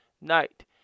night